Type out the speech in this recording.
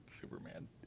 Superman